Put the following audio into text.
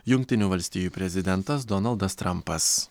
jungtinių valstijų prezidentas donaldas trampas